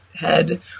head